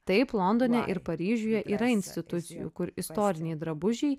taip londone ir paryžiuje yra institucijų kur istoriniai drabužiai